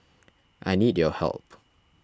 I need your help